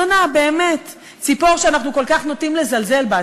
יונה, באמת, ציפור שאנחנו כל כך נוטים לזלזל בה.